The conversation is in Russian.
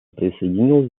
присоединилась